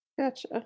Gotcha